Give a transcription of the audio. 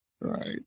Right